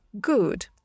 good